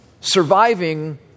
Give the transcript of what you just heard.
surviving